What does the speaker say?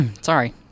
sorry